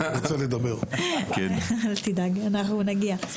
אבל כן אפשר להיכנס לתוך תוכנית השיפוצים.